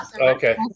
Okay